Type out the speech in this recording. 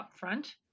upfront